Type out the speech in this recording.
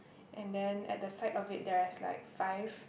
and then at the side of it there is like five